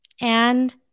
And-